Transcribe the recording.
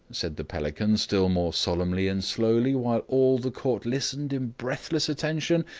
said the pelican, still more solemnly and slowly, while all the court listened in breathless attention,